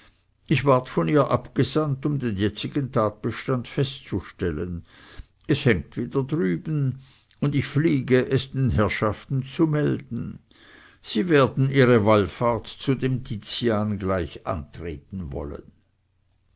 ich ward von ihr abgesandt um den jetzigen tatbestand festzustellen es hängt wieder drüben und ich fliege es den herrschaften zu melden sie werden ihre wallfahrt zu dem tizian gleich antreten wollen